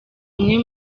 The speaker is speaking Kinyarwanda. umwe